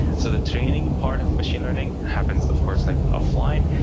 so the training part of machine learning happens, of course, like offline.